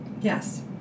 Yes